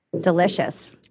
Delicious